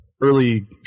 early